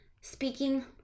speaking